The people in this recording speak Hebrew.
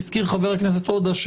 הזכיר חה"כ עודה,